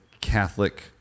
Catholic